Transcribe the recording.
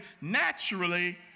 naturally